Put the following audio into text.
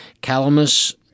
Calamus